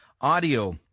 audio